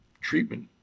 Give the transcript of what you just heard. treatment